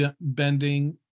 bending